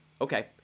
Okay